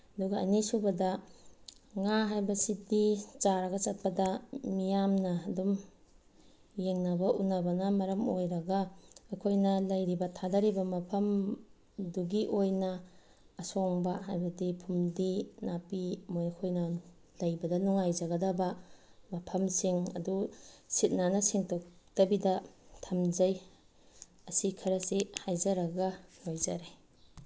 ꯑꯗꯨꯒ ꯑꯅꯤꯁꯨꯕꯗ ꯉꯥ ꯍꯥꯏꯕꯁꯤꯗꯤ ꯆꯥꯔꯒ ꯆꯠꯄꯗ ꯃꯤꯌꯥꯝꯅ ꯑꯗꯨꯝ ꯌꯦꯡꯅꯕ ꯎꯅꯕꯅ ꯃꯔꯝ ꯑꯣꯏꯔꯒ ꯑꯩꯈꯣꯏꯅ ꯂꯩꯔꯤꯕ ꯊꯥꯗꯔꯤꯕ ꯃꯐꯝꯗꯨꯒꯤ ꯑꯣꯏꯅ ꯑꯁꯣꯡꯕ ꯍꯥꯏꯕꯗꯤ ꯐꯨꯝꯗꯤ ꯅꯥꯄꯤ ꯃꯈꯣꯏꯅ ꯂꯩꯕꯗ ꯅꯨꯡꯉꯥꯏꯖꯒꯗꯕ ꯃꯐꯝꯁꯤꯡ ꯑꯗꯨ ꯁꯤꯠ ꯅꯥꯟꯅ ꯁꯦꯡꯇꯣꯛꯇꯕꯗꯤꯗ ꯊꯝꯖꯩ ꯑꯁꯤ ꯈꯔꯁꯤ ꯍꯥꯏꯖꯔꯒ ꯂꯣꯏꯖꯔꯦ